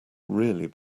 really